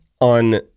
on